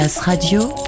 Radio